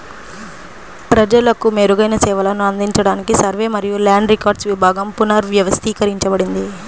ప్రజలకు మెరుగైన సేవలను అందించడానికి సర్వే మరియు ల్యాండ్ రికార్డ్స్ విభాగం పునర్వ్యవస్థీకరించబడింది